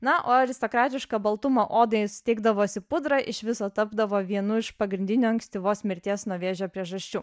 na o aristokratišką baltumą odai suteikdavusi pudra iš viso tapdavo vienu iš pagrindinių ankstyvos mirties nuo vėžio priežasčių